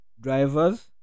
drivers